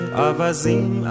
avazim